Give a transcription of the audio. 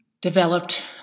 developed